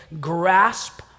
grasp